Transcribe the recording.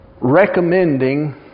recommending